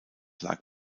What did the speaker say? lag